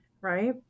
Right